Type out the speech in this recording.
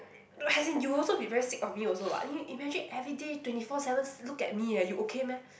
like as in you also be very sick of me also [what] in imagine everyday twenty four sevens look at me eh you okay meh